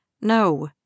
No